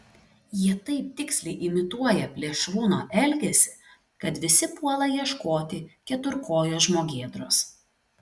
jie taip tiksliai imituoja plėšrūno elgesį kad visi puola ieškoti keturkojo žmogėdros